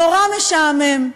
נורא משעמם.